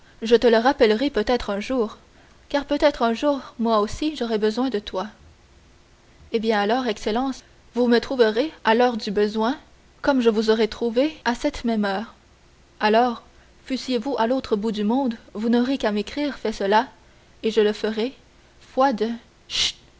je te le rappellerai peut-être un jour car peut-être un jour moi aussi j'aurai besoin de toi eh bien alors excellence vous me trouverez à l'heure du besoin comme je vous aurai trouvé à cette même heure alors fussiez-vous à l'autre bout du monde vous n'aurez qu'à m'écrire fais cela et je le ferai foi